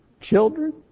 children